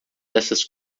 dessas